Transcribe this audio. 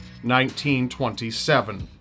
1927